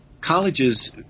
colleges